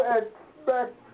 expect